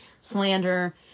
slander